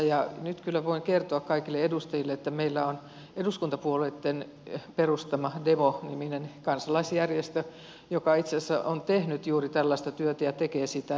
nyt kyllä voin kertoa kaikille edustajille että meillä on eduskuntapuolueitten perustama demo niminen kansalaisjärjestö joka itse asiassa on tehnyt juuri tällaista työtä ja tekee sitä